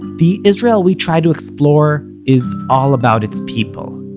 the israel we try to explore is all about its people.